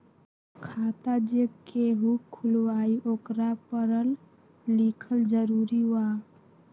खाता जे केहु खुलवाई ओकरा परल लिखल जरूरी वा?